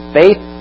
faith